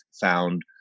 found